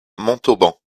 montauban